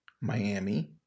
Miami